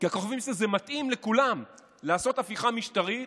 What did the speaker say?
מתאים לכולם לעשות הפיכה משטרית,